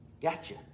Gotcha